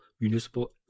municipal